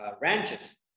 ranches